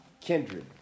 kindred